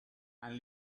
and